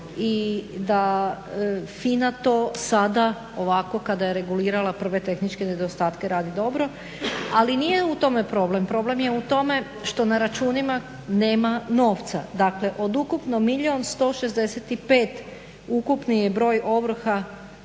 i da FINA to sada, ovako kada je regulirala prve tehničke nedostatke radi dobro. Ali nije u tome problem, problem je u tome što na računima nema novca. Dakle, od ukupno milijun 165 ukupni je broj ovrha